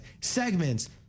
segments